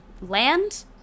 land